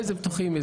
איזה פתוחים?